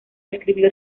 escribió